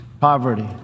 poverty